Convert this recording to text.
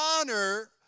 honor